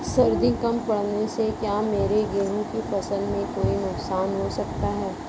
सर्दी कम पड़ने से क्या मेरे गेहूँ की फसल में कोई नुकसान हो सकता है?